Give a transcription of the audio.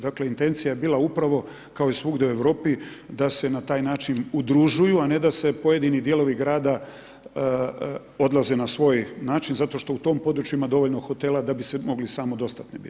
Dakle intencija je bila upravo, kao i svugdje u Europi, da se na taj način udružuju, a ne da se pojedini dijelovi grada odlaze na svoj način zato što na u tom području ima dovoljno hotela da bi se mogli samodostatni bit.